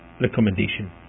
Recommendation